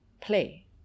play